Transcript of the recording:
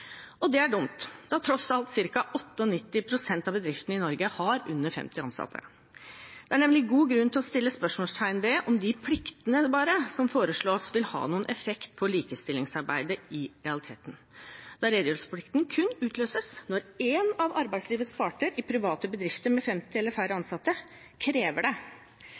foreligger. Det er dumt, da tross alt ca. 98 pst. av bedriftene i Norge har under 50 ansatte. Det er nemlig god grunn til å sette spørsmålstegn ved om pliktene som foreslås, i realiteten vil ha noen effekt på likestillingsarbeidet når redegjørelsesplikten kun utløses når én av arbeidslivets parter i private bedrifter med 50 eller færre ansatte krever det.